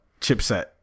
chipset